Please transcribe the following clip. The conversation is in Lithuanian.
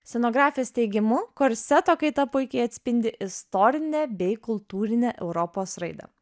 scenografės teigimu korseto kaita puikiai atspindi istorinę bei kultūrinę europos raidą